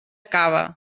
cava